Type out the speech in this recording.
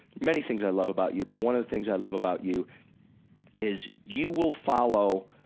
many things i love about you, but one of the things i love about you is you will follow